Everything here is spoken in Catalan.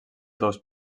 dos